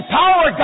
power